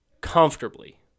comfortably